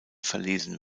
verlesen